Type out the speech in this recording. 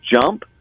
jump